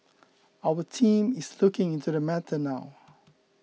our team is looking into the matter now